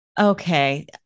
Okay